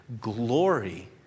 glory